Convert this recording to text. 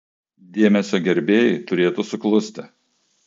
dėmesio gerbėjai turėtų suklusti